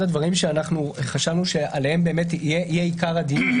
שאנחנו חשבנו שעליהם יהיה עיקר הדיון.